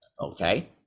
Okay